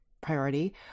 priority